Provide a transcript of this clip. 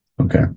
Okay